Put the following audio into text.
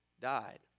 died